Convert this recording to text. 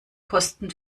kosten